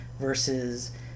versus